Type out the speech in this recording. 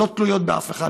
לא תלויות באף אחד,